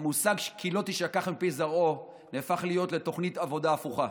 המושג "כי לא תישכח מפי זרעו" נהפך להיות לתוכנית עבודה הפוכה.